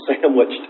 sandwiched